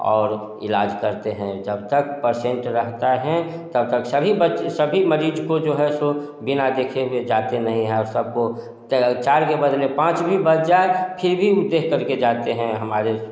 और इलाज़ करते हैं जब तक पेशेंट रहता है तब तक सभी बच्चे सभी मरीज को जो है सो बिना देखे हुए जाते नहीं है और सबको चार के बदले पाँच भी बज जाए फिर भी देख करके जाते हैं हमारे